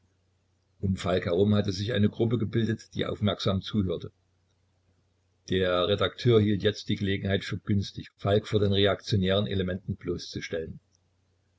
um falk herum hatte sich eine gruppe gebildet die aufmerksam zuhörte der redakteur hielt jetzt die gelegenheit für günstig falk vor den reaktionären elementen bloßzustellen